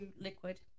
liquid